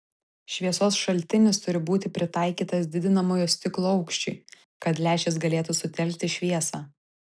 šviesos šaltinis turi būti pritaikytas didinamojo stiklo aukščiui kad lęšis galėtų sutelkti šviesą